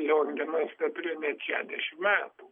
lionginas neturi net šešdešim metų